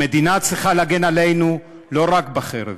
המדינה צריכה להגן עלינו לא רק בחרב,